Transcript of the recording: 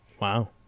Wow